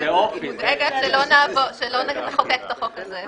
אני מודאגת שלא נחוקק את החוק הזה,